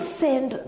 send